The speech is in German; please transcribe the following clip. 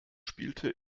spielte